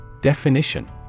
Definition